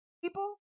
people